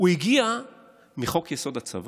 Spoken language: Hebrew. הוא הגיע מחוק-יסוד: הצבא.